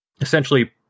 essentially